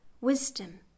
wisdom